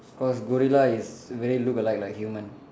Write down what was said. cause gorilla is very look alike like human